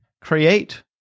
create